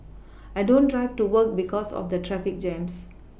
I don't drive to work because of the traffic jams